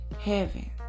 heaven